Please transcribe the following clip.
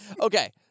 Okay